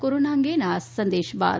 corona અંગેના આ સંદેશ બાદ